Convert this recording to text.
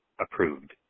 approved